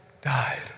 died